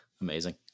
Amazing